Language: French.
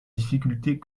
difficultés